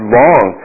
long